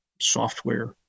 software